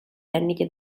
tècnica